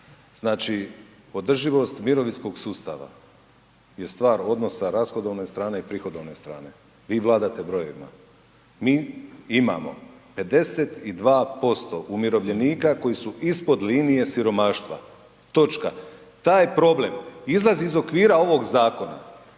Znači održivost mirovinskog sustava je stvar odnosa rashodovne strane i prihodovne strane. Vi vladate brojevima. Mi imamo 52% umirovljenika koji su ispod linije siromaštva. Točka. Taj problem izlazi iz okvira ovog zakona.